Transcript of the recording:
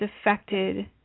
affected